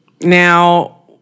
Now